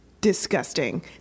disgusting